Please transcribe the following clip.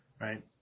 right